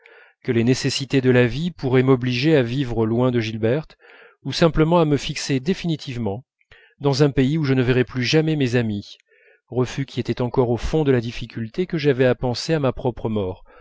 que les nécessités de la vie pourraient m'obliger à vivre loin de gilberte ou simplement à me fixer définitivement dans un pays où je ne reverrais plus jamais mes amis refus qui était encore au fond de la difficulté que j'avais à penser à ma propre mort